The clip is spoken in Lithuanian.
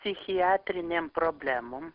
psichiatrinėm problemom